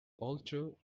alter